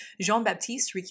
Jean-Baptiste